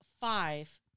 five